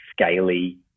scaly